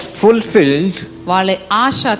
fulfilled